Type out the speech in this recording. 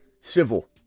civil